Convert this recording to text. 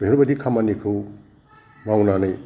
बेफोरबायदि खामानिखौ मावनानै